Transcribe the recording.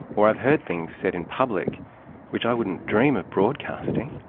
or i've heard things said in public which i wouldn't dream of broadcasting.